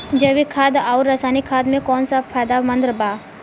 जैविक खाद आउर रसायनिक खाद मे कौन ज्यादा फायदेमंद बा?